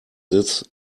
this